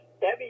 Debbie